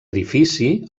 edifici